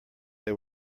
they